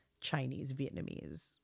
Chinese-Vietnamese